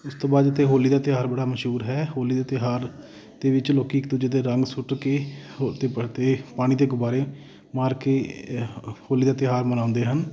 ਉਸ ਤੋਂ ਬਾਅਦ ਇੱਥੇ ਹੋਲੀ ਦਾ ਤਿਉਹਾਰ ਬੜਾ ਮਸ਼ਹੂਰ ਹੈ ਹੋਲੀ ਦੇ ਤਿਉਹਾਰ ਦੇ ਵਿੱਚ ਲੋਕ ਇੱਕ ਦੂਜੇ 'ਤੇ ਰੰਗ ਸੁੱਟ ਕੇ ਹੋਰ ਅਤੇ ਪਾਣੀ ਦੇ ਗੁਬਾਰੇ ਮਾਰ ਕੇ ਹੋਲੀ ਦਾ ਤਿਉਹਾਰ ਮਨਾਉਂਦੇ ਹਨ